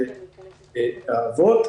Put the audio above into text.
בבתי האבות.